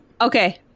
Okay